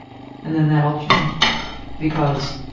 and then that all changed because